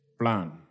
plan